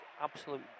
absolute